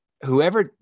Whoever